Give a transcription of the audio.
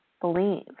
believe